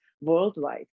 worldwide